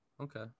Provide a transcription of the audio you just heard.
Okay